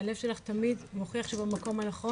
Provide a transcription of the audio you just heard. הלב שלך תמיד מוכיח שהוא במקום הנכון